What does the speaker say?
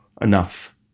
Enough